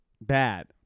Bad